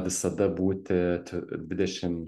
visada būti dvidešim